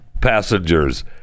passengers